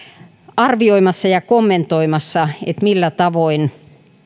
arvioimassa ja kommentoimassa millä tavoin